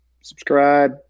Subscribe